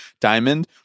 diamond